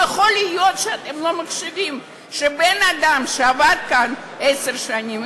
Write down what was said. לא יכול להיות שאתם לא מקשיבים לבן-אדם שעבד כאן עשר שנים,